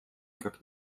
как